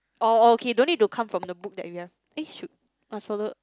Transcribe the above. oh oh okay don't need to come from the book that you have eh should must follow